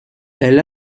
elle